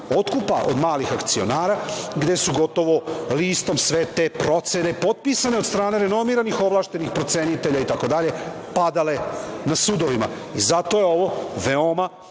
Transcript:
od malih akcionara, gde su gotovo listom sve te procene potpisane od strane renomiranih ovlašćenih procenitelja itd. padale na sudovima. Zato je ovo veoma